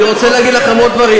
אני רוצה להגיד לכם עוד דברים,